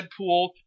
Deadpool